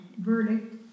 verdict